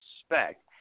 expect